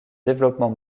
développement